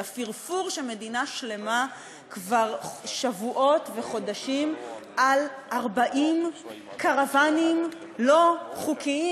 ל"פרפור" של מדינה שלמה כבר שבועות וחודשים על 40 קרוונים לא חוקיים.